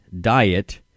diet